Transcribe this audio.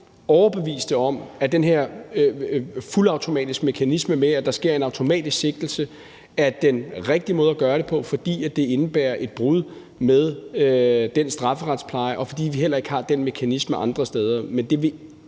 overbeviste om, at den her fuldautomatiske mekanisme med, at der sker en automatisk sigtelse, er den rigtige måde at gøre det på, fordi det indebærer et brud med strafferetsplejen, og fordi vi heller ikke har den mekanisme andre steder. Men det skal